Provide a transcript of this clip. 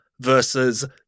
versus